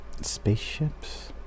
Spaceships